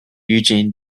eugene